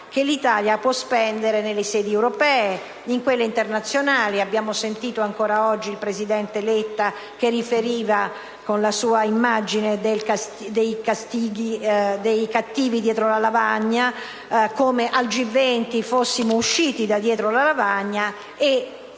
che l'Italia può spendere nelle sedi europee, in quelle internazionali e sui mercati. Abbiamo sentito ancora oggi il presidente Letta che riferiva, con la sua immagine dei cattivi dietro la lavagna, come al G20 fossimo usciti da dietro la lavagna.